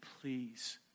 please